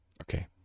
Okay